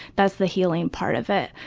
that's the healing part of it.